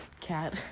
cat